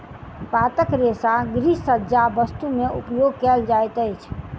पातक रेशा गृहसज्जा वस्तु में उपयोग कयल जाइत अछि